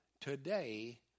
Today